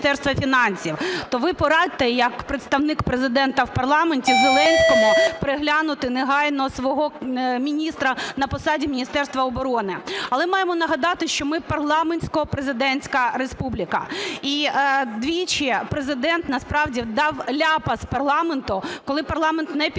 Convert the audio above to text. Міністерство фінансів. То ви порадьте як представник Президента в парламенті Зеленському переглянути негайно свого міністра на посаді Міністерства оборони. Але маємо нагадати, що ми парламентсько-президентська республіка, і двічі Президент, насправді, дав ляпас парламенту, коли парламент не підтримав